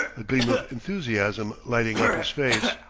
a gleam of enthusiasm lighting up his face,